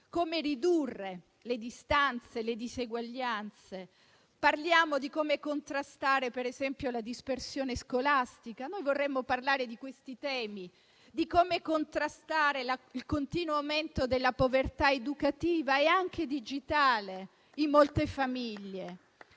come ridurre le distanze e le diseguaglianze. Parliamo di come contrastare, per esempio, la dispersione scolastica - noi vorremmo parlare di questi temi - di come contrastare il continuo aumento della povertà educativa e anche digitale in molte famiglie.